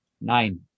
Nine